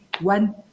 one